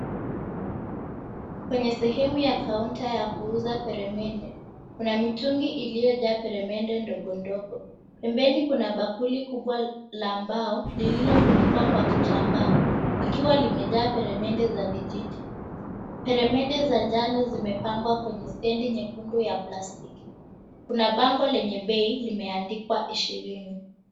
Kwenye sehemu ya kaunta ya kuuza peremende kuna mitungi iliyojaa peremende ndogondogo. Pembeni kuna bakuli kubwa la mbao lililofunikwa kwa kitambaa. Likiwa limejaa peremende za vijiti. Peremende za njano zimepangwa kwenye stendi nyekundu ya plastiki. Kuna bango lenye bei limeandikwa ishirini.